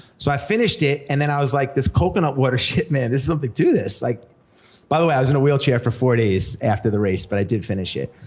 so i finished it, and then i was like, this coconut water shit, man, there's something to this! like by the way, i was in a wheelchair for four days after the race, but i did finish it.